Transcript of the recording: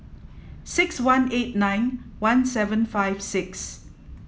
six one eight nine one seven five six